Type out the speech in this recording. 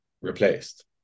replaced